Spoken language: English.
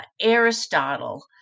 Aristotle